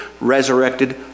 resurrected